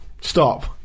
Stop